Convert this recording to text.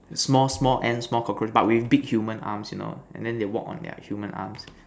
small small Ant small cockroach but with big human arms you know and they walk on their human arms